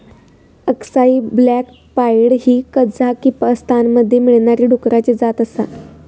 अक्साई black pied ही कझाकीस्तानमध्ये मिळणारी डुकराची जात आसा